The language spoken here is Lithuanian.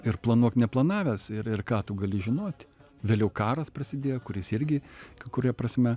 ir planuok neplanavęs ir ir ką tu gali žinoti vėliau karas prasidėjo kuris irgi kai kuria prasme